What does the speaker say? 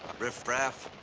riffraff.